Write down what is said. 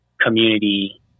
community